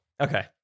Okay